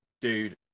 dude